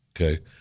okay